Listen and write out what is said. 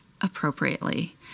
appropriately